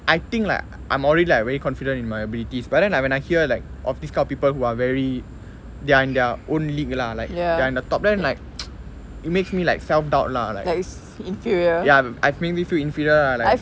I think like I'm already very confident in my abilities but then like when I hear like of this kind of people who are very they are in their own league lah like they are in the top then like it makes me like self doubt lah like ya I've mainly feel inferior lah